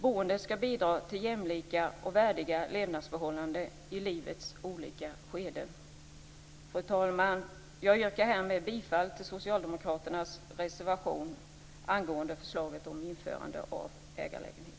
Boendet skall bidra till jämlika och värdiga levnadsförhållanden i livets olika skeden. Fru talman! Jag yrkar härmed bifall till socialdemokraternas reservation angående förslaget om införande av ägarlägenheter.